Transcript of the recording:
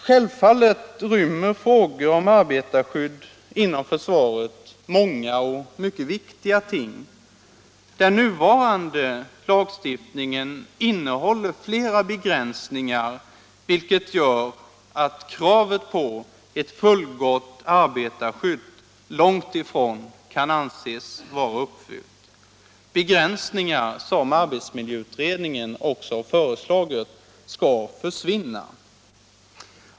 Självfallet rymmer frågor om arbetarskydd inom försvaret många och mycket viktiga ting. Den nuvarande lagstiftningen innehåller flera begränsningar, vilket gör att kravet på ett fullgott arbetarskydd långt ifrån kan anses vara uppfyllt.